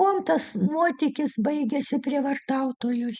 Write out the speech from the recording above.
kuom tas nuotykis baigėsi prievartautojui